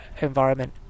environment